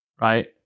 Right